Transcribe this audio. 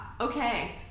Okay